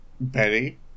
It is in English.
Betty